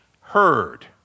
heard